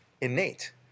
innate